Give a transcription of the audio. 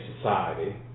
society